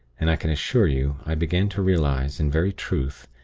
and i can assure you, i began to realize, in very truth,